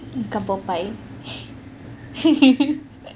become popeye